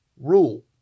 rule